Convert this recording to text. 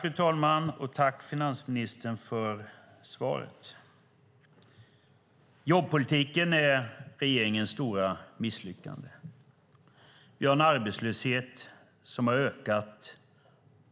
Fru talman! Tack, finansministern för svaret. Jobbpolitiken är regeringens stora misslyckande. Vi har en arbetslöshet som har ökat